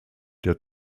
der